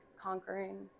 conquering